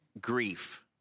grief